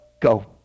Go